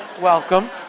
welcome